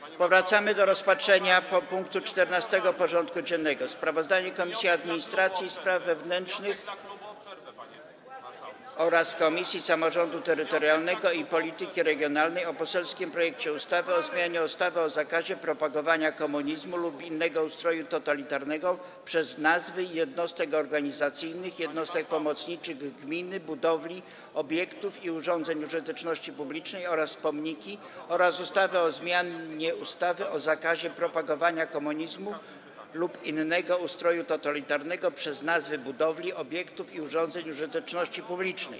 Powracamy do rozpatrzenia punktu 14. porządku dziennego: Sprawozdanie Komisji Administracji i Spraw Wewnętrznych oraz Komisji Samorządu Terytorialnego i Polityki Regionalnej o poselskim projekcie ustawy o zmianie ustawy o zakazie propagowania komunizmu lub innego ustroju totalitarnego przez nazwy jednostek organizacyjnych, jednostek pomocniczych gminy, budowli, obiektów i urządzeń użyteczności publicznej oraz pomniki oraz ustawy o zmianie ustawy o zakazie propagowania komunizmu lub innego ustroju totalitarnego przez nazwy budowli, obiektów i urządzeń użyteczności publicznej.